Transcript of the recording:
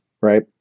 right